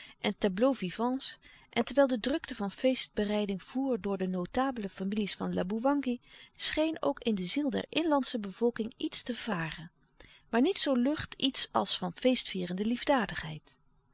en tableaux-vivants en terwijl de drukte van feestbereiding voer door de notabele families van laboewangi scheen ook in de ziel der inlandsche bevolking louis couperus de stille kracht iets te varen maar niet zoo lucht iets als van feestvierende liefdadigheid